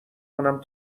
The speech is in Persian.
کنم